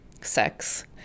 sex